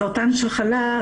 סרטן שחלה,